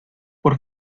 por